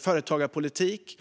företagarpolitik.